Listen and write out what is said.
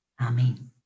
Amen